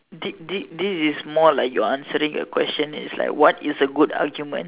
this this this is more like you're answering a question like what is a good argument